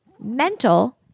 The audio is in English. mental